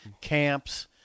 camps